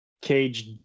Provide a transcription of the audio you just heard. Cage